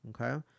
Okay